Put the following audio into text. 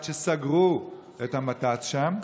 עד שסגרו את המת"צ שם.